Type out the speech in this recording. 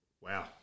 Wow